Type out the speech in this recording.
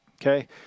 okay